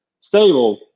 stable